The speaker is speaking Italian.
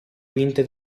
vinte